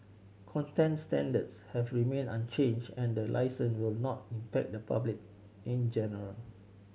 standards have remained unchanged and the licence will not impact the public in general